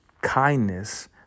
kindness